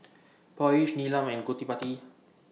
Peyush Neelam and Gottipati